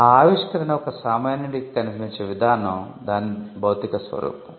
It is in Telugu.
ఆ ఆవిష్కరణ ఒక సామాన్యుడికి కనిపించే విధానం దాని భౌతిక స్వరూపం